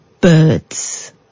birds